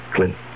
Clint